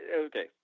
okay